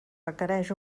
requereix